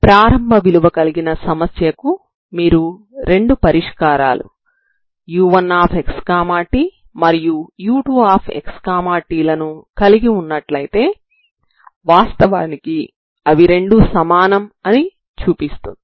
ప్రారంభ విలువ కలిగిన సమస్య కు మీరు రెండు పరిష్కారాలు u1xt మరియు u2xt లను కలిగి ఉన్నట్లయితే వాస్తవానికి అవి రెండు సమానం అని చూపిస్తుంది